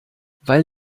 weil